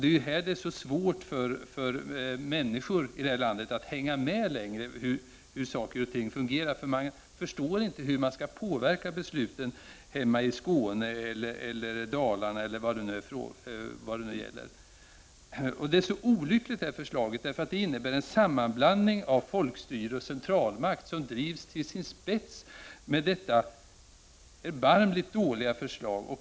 Det är här det blir så svårt för människor i Sverige att hänga med och förstå hur saker och ting fungerar. Man förstår inte hur man skall kunna påverka besluten där man hör hemma, i Skåne, i Dalarna eller någon annanstans. Detta förslag är olyckligt. Det innebär att en sammanblandning av folkstyre och centralmakt drivs till sin spets i och med detta erbarmligt dåliga förslag.